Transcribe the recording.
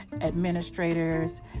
administrators